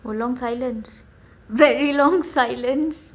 !wah! long silence very long silence